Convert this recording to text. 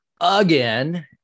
again